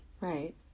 Right